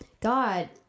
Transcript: God